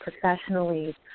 professionally